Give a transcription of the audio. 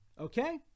Okay